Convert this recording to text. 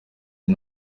ati